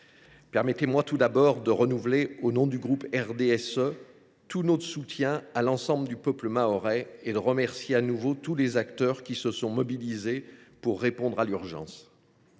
permettez moi tout d’abord d’exprimer à mon tour, au nom du groupe du RDSE, notre soutien continu à l’ensemble du peuple mahorais et de remercier de nouveau tous les acteurs qui se sont mobilisés pour répondre à l’urgence.